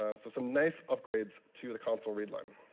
um so some nice upgrades to the console read line.